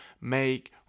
make